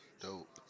dope